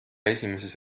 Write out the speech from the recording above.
esimeses